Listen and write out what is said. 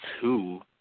two